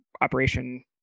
operation